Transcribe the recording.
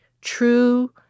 true